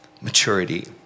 maturity